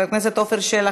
חבר הכנסת יהודה גליק,